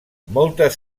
moltes